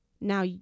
Now